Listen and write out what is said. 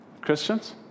Christians